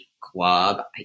club